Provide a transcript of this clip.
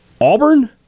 Auburn